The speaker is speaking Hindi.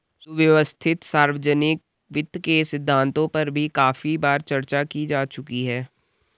सुव्यवस्थित सार्वजनिक वित्त के सिद्धांतों पर भी काफी बार चर्चा की जा चुकी है